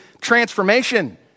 transformation